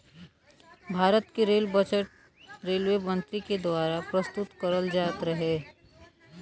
भारत क rail budget railway मंत्री के दवारा प्रस्तुत करल जात रहे